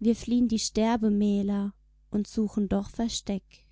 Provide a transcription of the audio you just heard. wir fliehn die sterbemäler und suchen doch versteck